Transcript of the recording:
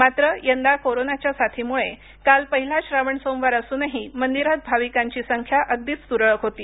मात्र यंदा कोरोनाच्या साथीम्ळे काल पहिला श्रावण सोमवार असूनही मंदिरात भाविकांची संख्या अगदीच त्रळक होती